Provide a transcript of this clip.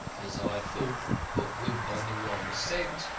as i thought, put wimp on the wrong scent,